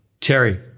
Terry